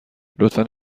لطفا